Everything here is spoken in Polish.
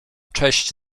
cześć